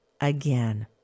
again